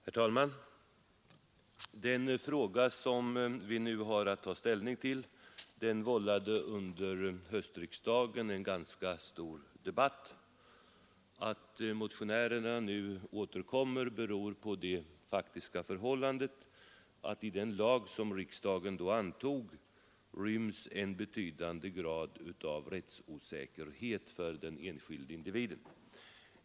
Herr talman! Den fråga som vi nu har att ta ställning till vållade under höstriksdagen ganska stor debatt. Att motionärerna nu återkommer beror på det faktiska förhållandet att i den lag som riksdagen då antog ryms en betydande grad av rättsosäkerhet för den enskilde individen.